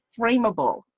frameable